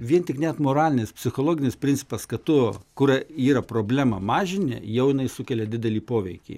vien tik net moralinis psichologinis principas kad tu kur yra problema mažini jau jinai sukelia didelį poveikį